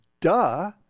duh